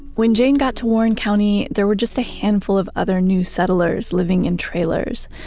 when jane got to warren county, there were just a handful of other new settlers living in trailers.